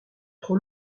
trop